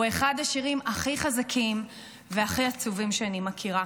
הוא אחד השירים הכי חזקים והכי עצובים שאני מכירה.